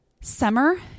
Summer